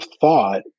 thought